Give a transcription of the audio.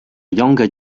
younger